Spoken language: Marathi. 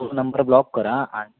तो नंबर ब्लॉक करा आ